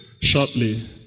shortly